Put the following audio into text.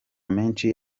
menshi